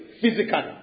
physically